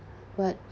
but